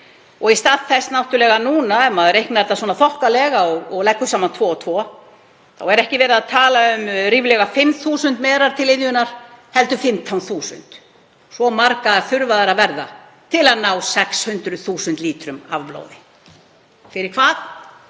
árlega úr þessum fylfullu merum. Ef maður reiknar þetta svona þokkalega og leggur saman tvo og tvo þá er ekki verið að tala um ríflega 5.000 merar til iðjunnar heldur 15.000. Svo margar þurfa þær að verða til að ná 600.000 lítrum af blóði. Fyrir hvað?